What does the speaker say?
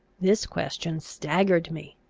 this question staggered me.